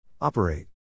Operate